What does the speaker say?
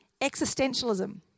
existentialism